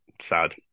sad